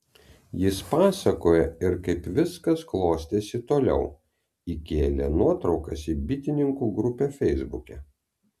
jis pasakoja ir kaip viskas klostėsi toliau įkėlė nuotraukas į bitininkų grupę feisbuke